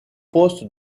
postes